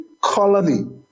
colony